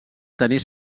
tenir